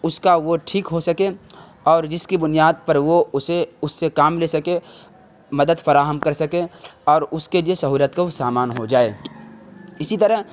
اس کا وہ ٹھیک ہو سکے اور جس کی بنیاد پر وہ اسے اس سے کام لے سکے مدد فراہم کر سکے اور اس کے لئے سہولت کو وہ سامان ہو جائے اسی طرح